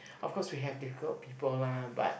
of course we have difficult people lah but